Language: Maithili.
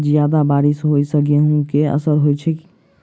जियादा बारिश होइ सऽ गेंहूँ केँ असर होइ छै?